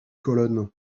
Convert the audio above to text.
colonnes